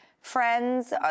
friends